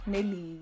Nelly